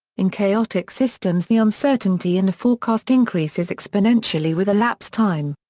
in chaotic systems the uncertainty in a forecast increases exponentially with elapsed time.